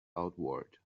outward